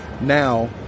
now